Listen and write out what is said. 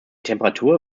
temperatur